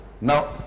Now